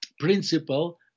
principle